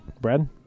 Brad